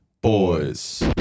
Boys